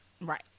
Right